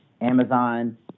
Amazon